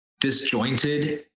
disjointed